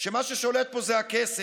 שמה ששולט פה זה הכסף.